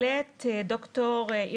זה